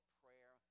prayer